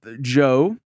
joe